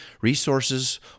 resources